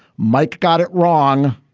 mike got it wrong.